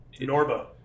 norba